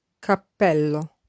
Cappello